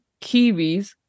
Kiwis